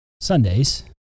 Sundays